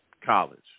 college